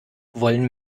wollen